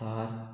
Thar